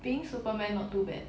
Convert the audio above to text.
being superman not too bad